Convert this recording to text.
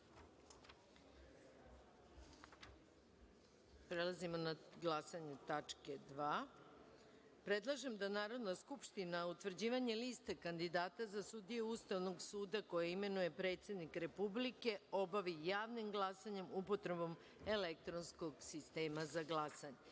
radu. Prelazimo na glasanje o tački 2. dnevnog reda. Predlažem da Narodna skupština utvrđivanjem Liste kandidata za sudije Ustavnog suda koje imenuje predsednik Republike obavi javnim glasanjem – upotrebom elektronskog sistema za glasanje. Stavljam